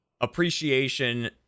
appreciation